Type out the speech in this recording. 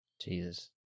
Jesus